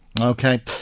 Okay